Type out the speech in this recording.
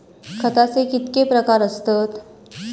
खताचे कितके प्रकार असतत?